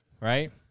Right